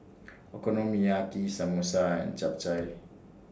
Okonomiyaki Samosa and Japchae